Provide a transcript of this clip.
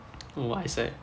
oh eyesight